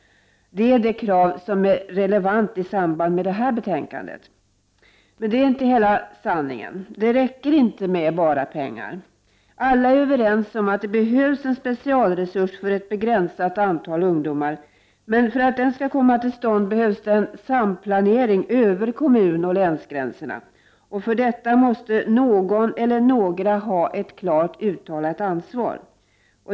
Det är det krav som är relevant i samband med det här betänkandet. Men det är inte hela sanningen. Det räcker inte med bara pengar. Alla är överens om att det behövs en specialresurs för ett begränsat antal ungdomar, men för att den skall komma till stånd behövs den en samplanering över kommunoch länsgränserna, och för detta måste någon eller några ha ett klart uttalat ansvar.